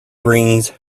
brings